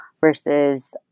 versus